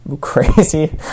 crazy